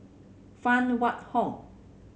Phan Wait Hong